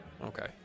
Okay